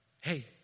Hey